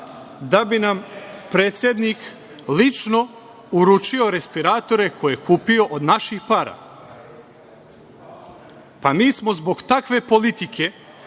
da bi nam predsednik lično uručio respiratore koje je kupio od naših para. Mi smo zbog takve politike